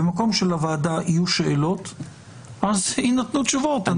במקום שלוועדה יהיו שאלות, ייתנו תשובות.